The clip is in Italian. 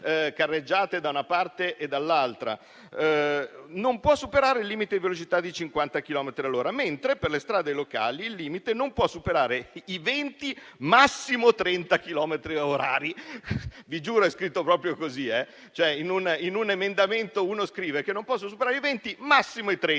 carreggiate da una parte e dall'altra, «non può superare il limite di velocità di 50 chilometri all'ora, mentre per le strade (...) locali, tale limite non può superare i 20, massimo 30 chilometri orari». Vi giuro: è scritto proprio così. Cioè, in un emendamento si scrive che non si possono superare i 20, massimo 30